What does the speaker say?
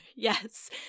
Yes